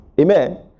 Amen